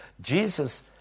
Jesus